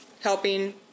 helping